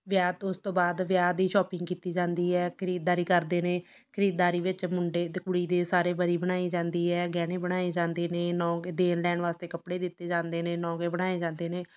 ਵਿਆਹ ਤੋਂ ਉਸ ਤੋਂ ਬਾਅਦ ਵਿਆਹ ਦੀ ਸ਼ੋਪਿੰਗ ਕੀਤੀ ਜਾਂਦੀ ਹੈ ਖਰੀਦਦਾਰੀ ਕਰਦੇ ਨੇ ਖਰੀਦਦਾਰੀ ਵਿੱਚ ਮੁੰਡੇ ਅਤੇ ਕੁੜੀ ਦੇ ਸਾਰੇ ਬਰੀ ਬਣਾਈ ਜਾਂਦੀ ਹੈ ਗਹਿਣੇ ਬਣਾਏ ਜਾਂਦੇ ਨੇ ਨੌਕ ਦੇਣ ਲੈਣ ਵਾਸਤੇ ਕੱਪੜੇ ਦਿੱਤੇ ਜਾਂਦੇ ਨੇ ਨੌਗੇ ਬਣਾਏ ਜਾਂਦੇ ਨੇ